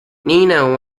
nina